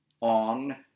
on